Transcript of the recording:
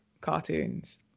cartoons